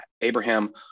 Abraham